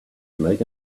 make